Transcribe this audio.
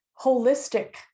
holistic